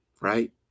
right